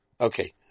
Okay